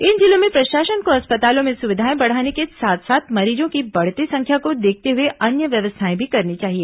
इन जिलों में प्रशासन को अस्पतालों में सुविधाएं बढ़ाने के साथ साथ मरीजों की बढ़ती संख्या को देखते हुए अन्य व्यवस्थाएं भी करनी चाहिए